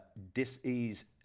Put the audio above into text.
dis-ease